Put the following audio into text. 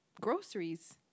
groceries